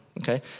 okay